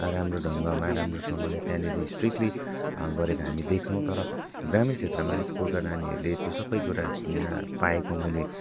राम्रो ढङ्गमा राम्रोसँगले त्यहाँनेरि स्ट्रिक्टली गरेको हामी देख्छौँ तर ग्रामीण क्षेत्रमा स्कुलका नानीहरूले त्यो सब कुरा पाएको मैले